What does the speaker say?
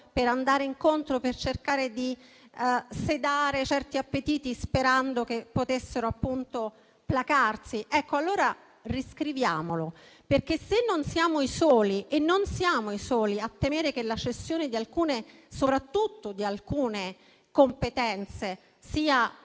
per andare incontro e cercare di sedare certi appetiti, sperando che potessero placarsi. Allora riscriviamolo, se non siamo i soli - e non siamo i soli - a temere che la cessione soprattutto di alcune competenze sia inattuabile